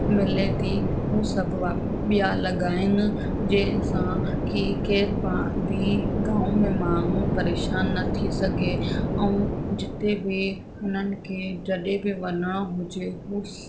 मिले थी उहे सभु वाप ॿिया लॻाइनि जंहिंसां की केर बा बि गामनि में माण्हू परेशान न थी सघे ऐं जिते बि हुननि खे जॾहिं बि वञिणो हुजे उहे